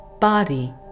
body